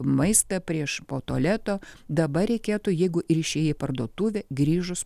maistą prieš po tualeto dabar reikėtų jeigu ir išėjai į parduotuvę grįžus